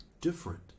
different